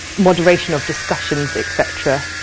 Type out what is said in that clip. moderation of discussions etc.